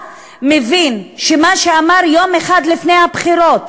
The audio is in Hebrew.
מבין שמה שהוא אמר יום אחד לפני הבחירות,